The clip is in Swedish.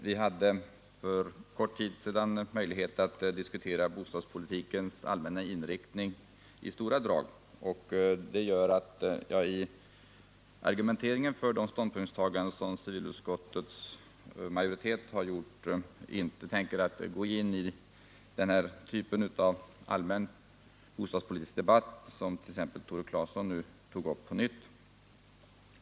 Vi hade för kort tid sedan möjlighet att diskutera botadspolitikens allmänna inriktning i stora drag, och det gör att jag i argumenteringen för de ståndpunktstaganden som civilutskottets majoritet har gjort inte tänker gå in i den typ av allmän bostadspolitisk debatt som t.ex. Tore Claeson tog upp på nytt.